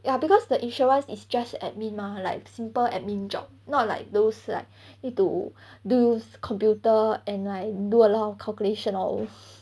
ya because the insurance is just admin mah like simple admin job not like those like need to use computer and like do a lot of calculation or use